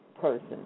person